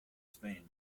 spain